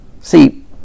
See